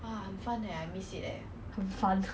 那你没有我